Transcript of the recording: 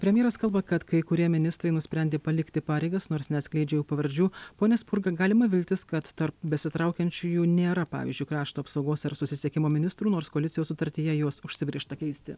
premjeras kalba kad kai kurie ministrai nusprendė palikti pareigas nors neatskleidžia jų pavardžių pone spurga galima viltis kad tarp besitraukiančiųjų nėra pavyzdžiui krašto apsaugos ar susisiekimo ministrų nors koalicijos sutartyje juos užsibrėžta keisti